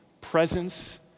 Presence